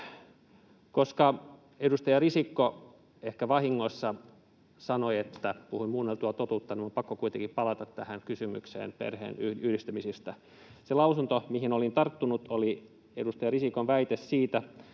Koska edustaja Risikko ehkä vahingossa sanoi, että puhuin muunneltua totuutta, minun on pakko kuitenkin palata tähän kysymykseen perheenyhdistämisestä. Se lausunto, mihin olin tarttunut, oli edustaja Risikon väite siitä,